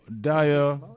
dire